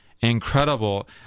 incredible